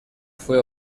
fue